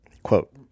Quote